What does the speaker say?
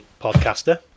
podcaster